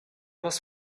was